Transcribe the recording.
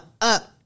up